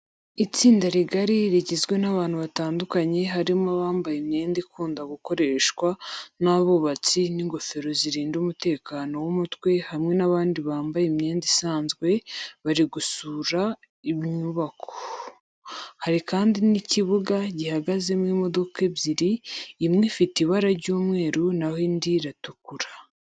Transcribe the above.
Itsinda rigari rigizwe n'abantu batandukanye harimo abambaye imyenda ikunda gukoreshwa n'abubatsi n'ingofero zirinda umutekano w'umutwe hamwe n'abandi bambaye imyenda isanzwe, bari gusura inyubako. Hari kandi n'ikibuga gihagazemo imodoka ebyiri, imwe ifite ibara ry'umweru na ho indi iratukura.